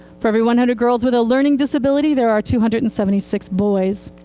for every one hundred girls with a learning disability, there are two hundred and seventy six boys.